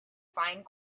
find